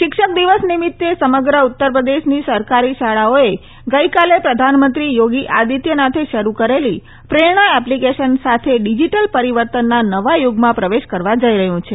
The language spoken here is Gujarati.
શિક્ષક દિવસ નિમિત્તે સમગ્ર ઉત્તર પ્રદેશની સરકારી શાળાઓએ ગઈકાલે મુખ્યમંત્રી યોગી આદિત્યનાથે શરૂ કરેલી પ્રેરણા એપ્લિકેશન સાથે ડિજિટલ પરિવર્તનના નવા યુગમાં પ્રવેશ કરવા જઈ રહ્યું છે